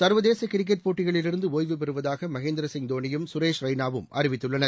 சர்வதேச கிரிக்கெட் போட்டிகளிலிருந்து ஓய்வு பெறுவதாக மகேந்திர சிங் தோனியும் சுரேஷ் ரெய்னாவும் அறிவித்துள்ளனர்